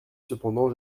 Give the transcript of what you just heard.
cependant